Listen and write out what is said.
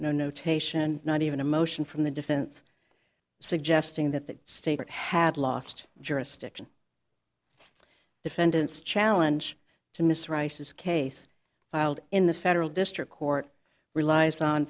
no notation not even a motion from the defense suggesting that the state had lost jurisdiction defendant's challenge to miss rice's case filed in the federal district court relies on